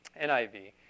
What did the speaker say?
NIV